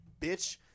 Bitch